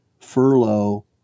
furlough